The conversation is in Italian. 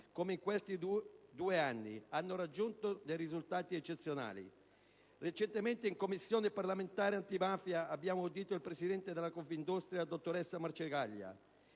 come in questi due anni, hanno raggiunto dei risultati eccezionali. Recentemente in Commissione parlamentare antimafia abbiamo audito la presidente di Confindustria, dottoressa Marcegaglia,